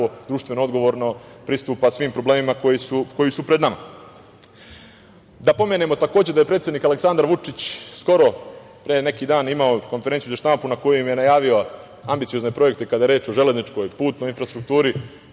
društveno odgovorno pristupa svim problemima koji su pred nama. Da pomenemo, takođe, da je predsednik Aleksandar Vučić, skoro, pre neki dan, imao komferenciju za štampu na kojoj je najavio ambiciozne projekte kada je reč o železničkog putnoj infrastrukturi.